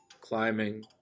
climbing